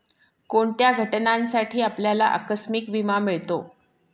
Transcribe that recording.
कोणत्या घटनांसाठी आपल्याला आकस्मिक विमा मिळतो?